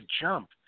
jump